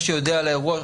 זה יודע על האירוע,